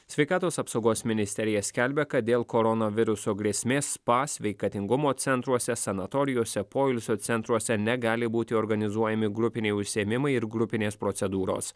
sveikatos apsaugos ministerija skelbia kad dėl koronaviruso grėsmės spa sveikatingumo centruose sanatorijose poilsio centruose negali būti organizuojami grupiniai užsiėmimai ir grupinės procedūros